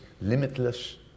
limitless